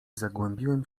zagłębiłem